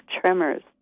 tremors